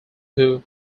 who